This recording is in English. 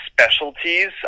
specialties